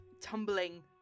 tumbling